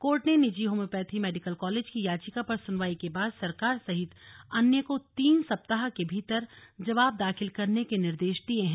court ने निजी homeopathy medical college की याचिका पर सुनवाई के बाद सरकार सहित अन्य को तीन सप्ताह के भीतर जवाब दाखिल करने के निर्देश दिए हैं